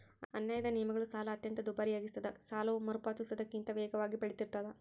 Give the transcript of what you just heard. ಅನ್ಯಾಯದ ನಿಯಮಗಳು ಸಾಲ ಅತ್ಯಂತ ದುಬಾರಿಯಾಗಿಸ್ತದ ಸಾಲವು ಮರುಪಾವತಿಸುವುದಕ್ಕಿಂತ ವೇಗವಾಗಿ ಬೆಳಿತಿರ್ತಾದ